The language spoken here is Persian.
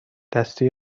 دستی